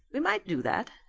we might do that,